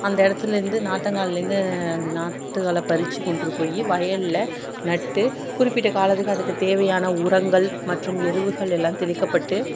அந்த இடத்துலேந்து நாற்றங்காலேந்து அந்த நாற்றுகள பறித்து கொண்டுட்ரு போய் வயலில் நட்டு குறிப்பிட்ட காலத்துக்கு அதுக்கு தேவையான உரங்கள் மற்றும் எருவுகள் எல்லாம் தெளிக்கப்பட்டு